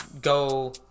go